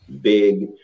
big